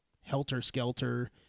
helter-skelter